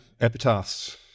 epitaphs